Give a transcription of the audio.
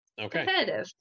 okay